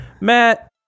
Matt